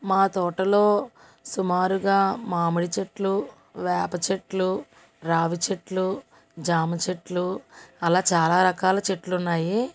మా తోటలో సుమారుగా మామిడిచెట్లు వేపచెట్లు రావిచెట్లు జామచెట్లు అలా చాలా రకాల చెట్లు ఉన్నాయి